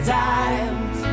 times